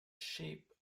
sheep